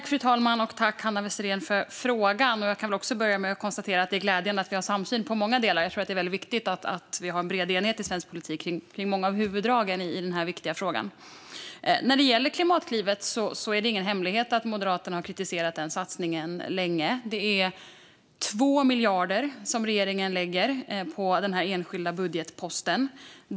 Fru talman! Tack för frågan, Hanna Westerén! Jag kan börja med att konstatera att det är glädjande att vi har samsyn i många delar. Jag tror att det är viktigt att vi har en bred enighet i svensk politik kring många av huvuddragen i den här viktiga frågan. När det gäller Klimatklivet är det ingen hemlighet att Moderaterna har kritiserat den satsningen länge. Regeringen lägger 2 miljarder på den här enskilda budgetposten.